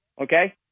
okay